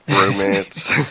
romance